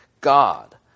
God